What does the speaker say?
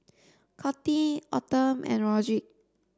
Coty Autumn and Rodrick